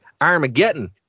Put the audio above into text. Armageddon